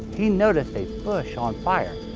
he noticed a bush on fire,